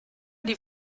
die